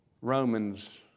Romans